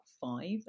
five